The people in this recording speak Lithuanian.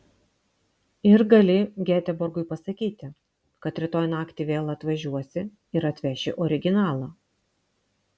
ir gali geteborgui pasakyti kad rytoj naktį vėl atvažiuosi ir atveši originalą